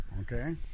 Okay